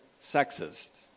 sexist